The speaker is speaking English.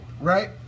right